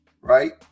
Right